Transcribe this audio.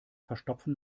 verstopfen